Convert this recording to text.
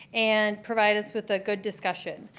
and provide us with a good discussion.